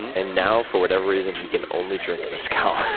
and now, for whatever reason, he can only drink mezcal.